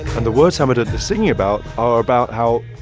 and the words hamid is singing about are about how,